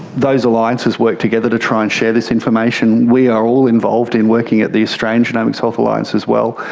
those alliances work together to try and share this information. we are all involved in working at the australian genomics health alliance as well.